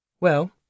Well